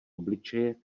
obličeje